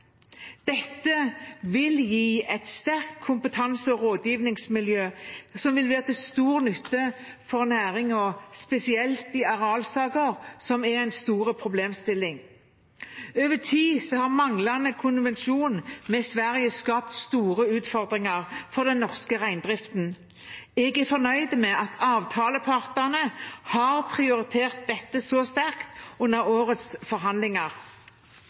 Dette vil gi et sterkt kompetanse- og rådgivningsmiljø som vil være til stor nytte for næringen, spesielt i arealsaker, noe som er en stor problemstilling. Over tid har manglende konvensjon med Sverige skapt store utfordringer for den norske reindriften. Jeg er fornøyd med at avtalepartene har prioritert dette så sterkt under årets forhandlinger.